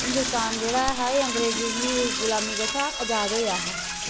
हिंदोस्तान जेह्ड़ा ऐ हा एह् अंग्रेजे दी गुलामी कशा अजाद होएआ हा